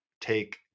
take